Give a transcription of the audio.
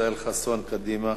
חסון, קדימה.